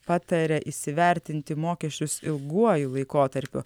pataria įsivertinti mokesčius ilguoju laikotarpiu